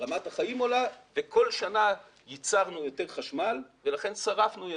רמת החיים עולה וכל שנה ייצרנו יותר חשמל ולכן שרפנו יותר,